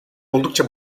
oldukça